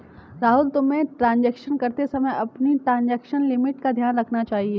राहुल, तुम्हें ट्रांजेक्शन करते समय अपनी ट्रांजेक्शन लिमिट का ध्यान रखना चाहिए